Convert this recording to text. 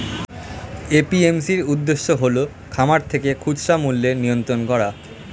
APMC এর উদ্দেশ্য হল খামার থেকে খুচরা মূল্যের নিয়ন্ত্রণ করা